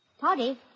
Toddy